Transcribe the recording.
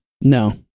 No